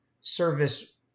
service